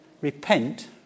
repent